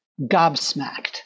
gobsmacked